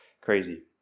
Crazy